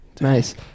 Nice